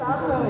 הצעה אחרת.